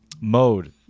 mode